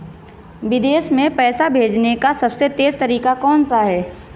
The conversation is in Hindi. विदेश में पैसा भेजने का सबसे तेज़ तरीका कौनसा है?